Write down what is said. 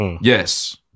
Yes